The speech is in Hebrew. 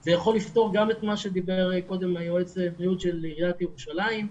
זה יכול לפתור גם את מה שאמר קודם יועץ הבריאות של עיריית ירושלים,